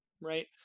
right